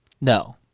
no